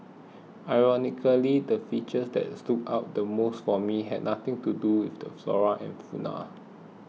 ironically the features that stood out the most for me had nothing to do with the flora and fauna